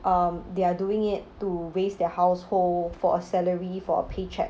um they are doing it to raise their household for a salary for a pay cheque